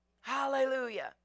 Hallelujah